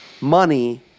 money